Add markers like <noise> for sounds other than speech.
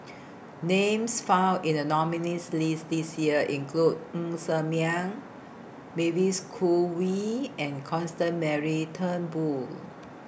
<noise> Names found in The nominees' list This Year include Ng Ser Miang Mavis Khoo Wei and Constance Mary Turnbull